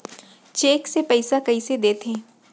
Cheque से पइसा कइसे देथे?